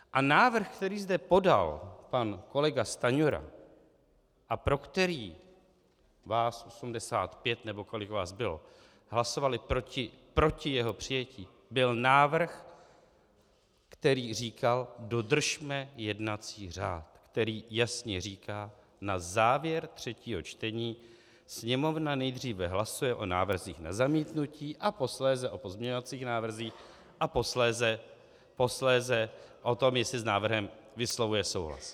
A návrh, který zde podal pan kolega Stanjura a pro který vás 85, nebo kolik vás bylo, hlasovali proti jeho přijetí, byl návrh, který říkal: dodržme jednací řád, který jasně říká na závěr třetího čtení Sněmovna nejdříve hlasuje o návrzích na zmítnutí a posléze o pozměňovacích návrzích a posléze o tom, jestli s návrhem vyslovuje souhlas.